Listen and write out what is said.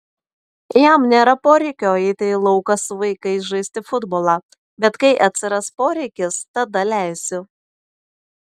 jam nėra poreikio eiti į lauką su vaikais žaisti futbolą bet kai atsiras poreikis tada leisiu